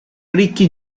ricchi